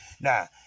Now